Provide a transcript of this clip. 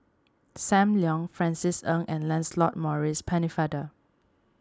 Sam Leong Francis Ng and Lancelot Maurice Pennefather